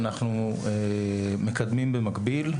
אנחנו מקדמים במקביל,